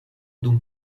dum